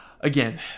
again